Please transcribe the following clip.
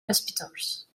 hospitals